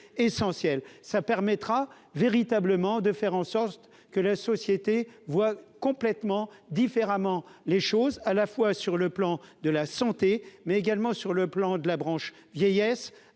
ça permettra véritablement de faire en sorte que la société voit complètement différemment les choses à la fois sur le plan de la santé mais également sur le plan de la branche vieillesse,